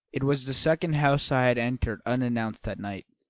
it was the second house i had entered unannounced that night,